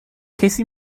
کسی